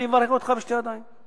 אני אברך אותך בשתי ידיים.